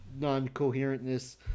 non-coherentness